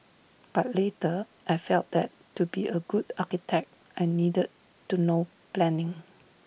but later I felt that to be A good architect I needed to know planning